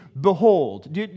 behold